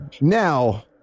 Now